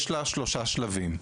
לתמונה יש שלושה שלבים.